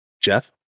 Jeff